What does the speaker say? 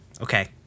Okay